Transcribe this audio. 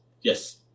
yes